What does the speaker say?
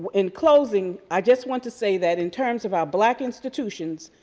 in closing, i just want to say that in terms of our black institutions,